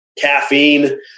caffeine